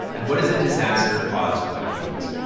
and what is a disaster caused by humans?